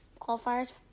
qualifiers